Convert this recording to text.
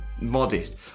Modest